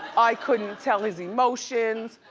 i couldn't tell his emotions.